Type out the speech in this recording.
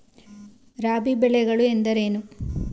ರಾಬಿ ಬೆಳೆಗಳು ಎಂದರೇನು?